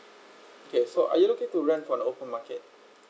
okay so are you looking to rent for an open market